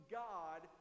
god